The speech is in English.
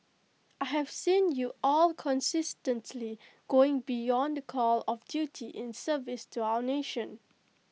I have seen you all consistently going beyond the call of duty in service to our nation